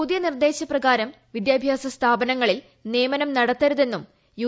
പുതിയ നിർദ്ദേശ്യപകാരം വിദ്യാഭ്യാസ സ്ഥാപനങ്ങളിൽ നിയമനം നടത്ത്രൂതെന്നും യു